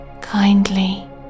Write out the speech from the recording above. kindly